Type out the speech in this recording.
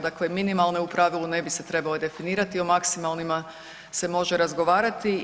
Dakle, minimalne u pravilu ne bi se trebale definirati, a o maksimalnima se može razgovarati.